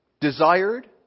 desired